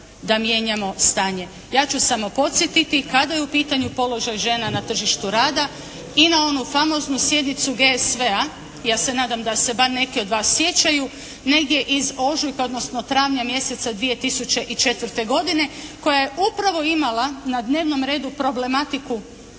da mijenjamo stanje. Ja ću samo podsjetiti kada je u pitanju položaj žena na tržištu rada … /Govornica se ne razumije./ na onu famoznu sjednicu GSV-a, ja se nadam da se bar neki od vas sjećaju negdje iz ožujka odnosno travnja mjeseca 2004. godine koja je upravo imala na dnevnom redu problematiku